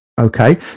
Okay